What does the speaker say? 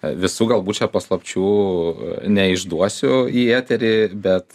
visų galbūt čia paslapčių neišduosiu į eterį bet